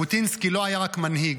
ז'בוטינסקי לא היה רק מנהיג,